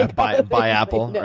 like buy ah buy apple.